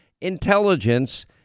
intelligence